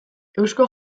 eusko